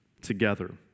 together